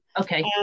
Okay